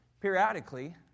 periodically